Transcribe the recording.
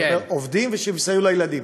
עובדים ומסייעים לילדים.